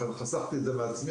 אני רוצה לסכם: